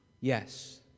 Yes